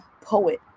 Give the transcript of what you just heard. poet